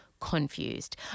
confused